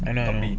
I know I know